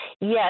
Yes